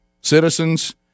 citizens